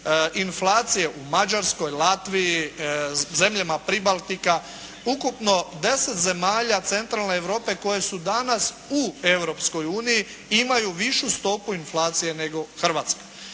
inflacije u Mađarskoj, Latviji, zemljama pribaltika, ukupno deset zemalja centralne Europe koje su danas u Europskoj uniji i imaju višu stopu inflacije nego Hrvatska.